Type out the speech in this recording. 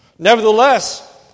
Nevertheless